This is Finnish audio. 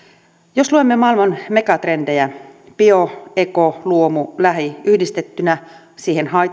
jos luemme maailman megatrendejä bio eko luomu ja lähi yhdistettynä siihen